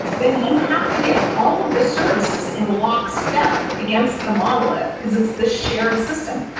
then you have to get all of the services in lockstep against the monolith, because it's this shared system.